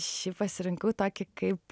šį pasirinkau tokį kaip